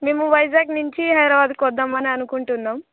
మేము వైజాగ్ నుంచి హైదరాబాద్కు వద్దామని అనుకుంటున్నాము